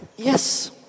Yes